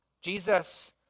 jesus